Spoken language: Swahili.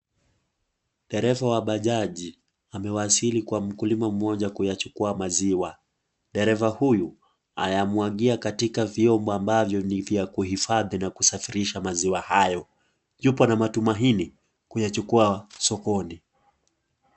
Dereva wa bajaji, amewasili kwa mkulima mmoja kuyachukua maziwa, dereva huyu, ayamwagia katiaka vyombo ambavyo ni vya kuhifadhi na kusafirisha maziwa hayo, yupo na matumaini kuyachukua sokoni.